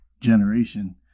generation